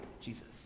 Jesus